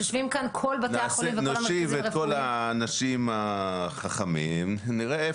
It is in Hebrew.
יושבים כאן כל בתי החולים וכל המרכזים הרפואיים.